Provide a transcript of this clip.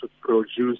produce